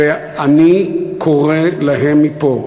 ואני קורא להם מפה,